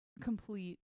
complete